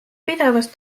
pidevas